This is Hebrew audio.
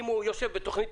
אם הוא יושב במשרד,